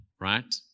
right